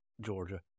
Georgia